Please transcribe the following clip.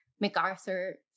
MacArthur